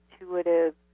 intuitive